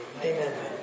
Amen